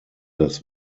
das